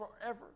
forever